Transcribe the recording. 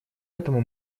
этому